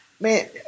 Man